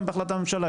גם בהחלטת ממשלה,